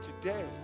today